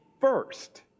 first